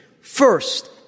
First